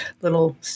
little –